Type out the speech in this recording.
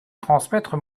transmettre